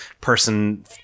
person